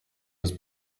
was